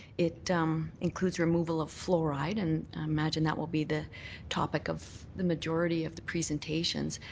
it includes removal of fluoride and i imagine that will be the topic of the majority of the presentations.